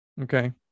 okay